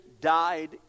died